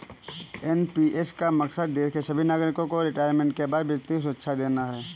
NPS का मकसद देश के सभी नागरिकों को रिटायरमेंट के बाद वित्तीय सुरक्षा देना है